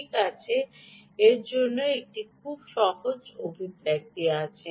ঠিক আছে যে জন্য একটি খুব সহজ অভিব্যক্তি আছে